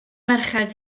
merched